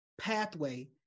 pathway